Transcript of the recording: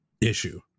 issue